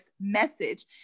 message